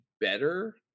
better